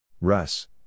Russ